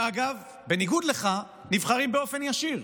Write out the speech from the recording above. שאגב, בניגוד אליך נבחרים באופן ישיר.